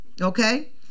okay